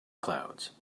clouds